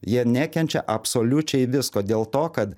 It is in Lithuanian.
jie nekenčia absoliučiai visko dėl to kad